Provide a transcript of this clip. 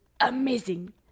amazing